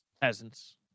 Peasants